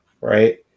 right